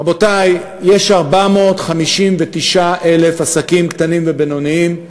רבותי, יש 459,000 עסקים קטנים ובינוניים,